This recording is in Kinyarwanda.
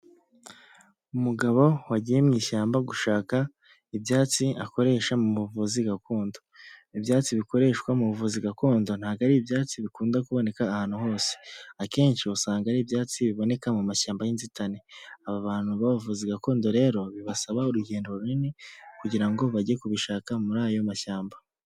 Umugabo wagiye mu ishyamba gushaka ibyatsi akoresha mu buvuzi gakondo. Ibyatsi bikoreshwa mu buvuzi gakondo ntabwo ari ibyatsi bikunda kuboneka ahantu hose. Akenshi usanga ari ibyatsi biboneka mu mashyamba y'inzitane. Aba bantu b'abavuzi gakondo rero bibasaba urugendo runini kugira ngo bajye kubishaka muri ayo mashyamba.